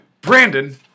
Brandon